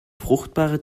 fruchtbare